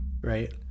right